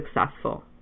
successful